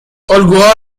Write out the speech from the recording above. الگوها